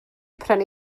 prynu